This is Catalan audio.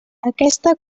aquesta